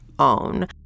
own